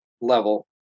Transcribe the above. level